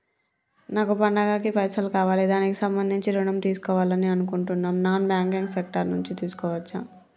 నాకు పండగ కి పైసలు కావాలి దానికి సంబంధించి ఋణం తీసుకోవాలని అనుకుంటున్నం నాన్ బ్యాంకింగ్ సెక్టార్ నుంచి తీసుకోవచ్చా?